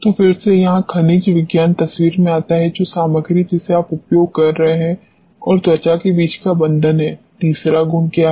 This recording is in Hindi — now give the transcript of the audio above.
तो फिर से यहाँ खनिज विज्ञान तस्वीर में आता है जो सामग्री जिसे आप उपयोग कर रहे हैं और त्वचा के बीच का बंधन है तीसरा गुण क्या है